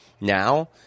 now